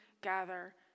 gather